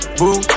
boo